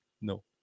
No